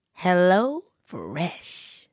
HelloFresh